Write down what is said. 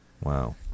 Wow